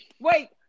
wait